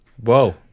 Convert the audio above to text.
Whoa